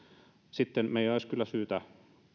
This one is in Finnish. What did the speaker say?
sitten meidän olisi kyllä syytä